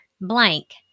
blank